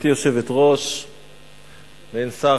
פיניאן, לא נמצא.